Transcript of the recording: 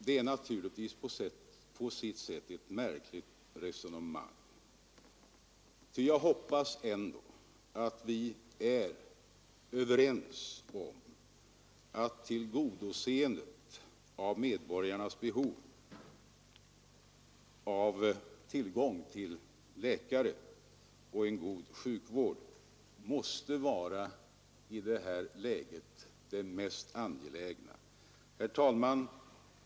Det är naturligtvis på sitt sätt ett märkligt resonemang, för jag hoppas ändå att vi är överens om att tillgodoseendet av medborgarnas behov av tillgång på läkare och en god sjukvård måste vara det mest angelägna. Herr talman!